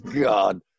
God